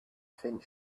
faint